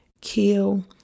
kill